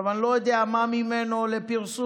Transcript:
אני לא יודע מה ממנו לפרסום,